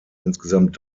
insgesamt